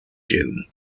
june